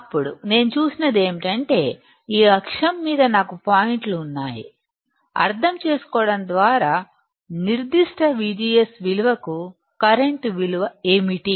అప్పుడు నేను చూసేది ఏమిటంటే ఈ అక్షం మీద నాకు పాయింట్లు ఉన్నాయి అర్థం చేసుకోవడం ద్వారా నిర్దిష్ట VGSవిలువకు కరెంటు విలువ ఏమిటి